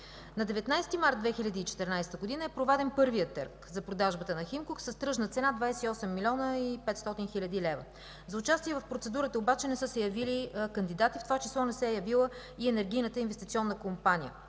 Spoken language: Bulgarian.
На 19 март 2014 г. е проведен първият търг за продажбата на „Химко” с тръжна цена 28 млн. 500 хил. лв. За участие в процедурата обаче не са се явили кандидати, в това число не се е явила и Енергийната инвестиционна компания.